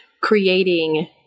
creating